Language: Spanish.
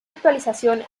actualización